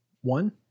One